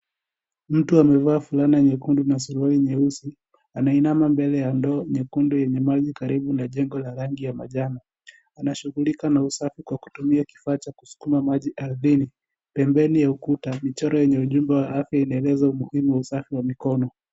Mtu amevaa fulana nyekundu na suruali nyeusi. Anainama mbele ya ndoo nyekundu yenye maji karibu na jengo la rangi ya manjano. Anashughulika na usafi kwa kutumia kifaa cha kusukuma maji ardhini. Pembeni ya ukuta michoro yenye ujumbe wa afya ,inaeleza umuhimu wa usafi wa mikono.